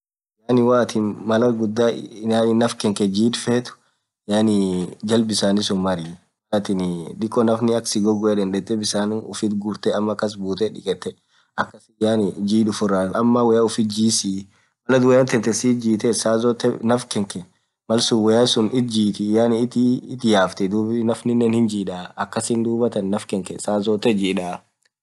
Yaani woathin maraa ghudhaa nafkakhe jidhii fethu yaani jal bisan suun marrii mal atiniii naffnin dhiko aka sighoghu yedhen dhethee bisan ufthi ghurthe ama kasbuthe dhikethe akasin yaani jidhii uffuraa ama woyya uftii jissi mal woyya thanthe sithi jithethu saa zothe naff kakhe malsun woyya sunn itijithi yaani ithi yaffthii dhub naffninen hijidhaa akasin dhuathan naff khankhe saa zothe jidhaaaa